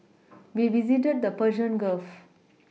we visited the Persian Gulf